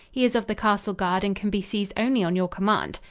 he is of the castle guard and can be seized only on your command.